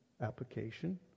application